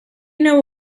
know